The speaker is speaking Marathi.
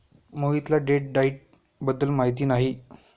मोहितला डेट डाइट बद्दल माहिती नाही